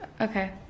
Okay